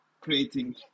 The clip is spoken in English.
creating